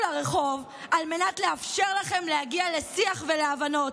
לרחוב על מנת לאפשר לכם להגיע לשיח ולהבנות,